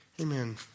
Amen